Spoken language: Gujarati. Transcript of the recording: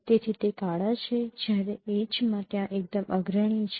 તેથી તે કાળા છે જ્યારે એડ્જમાં ત્યાં એકદમ અગ્રણી છે